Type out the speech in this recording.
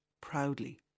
proudly